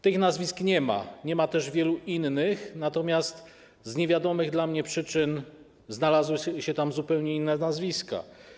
Tych nazwisk nie ma, nie ma też wielu innych, natomiast z niewiadomych dla mnie przyczyn znalazły się tam zupełnie inne nazwiska.